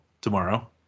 tomorrow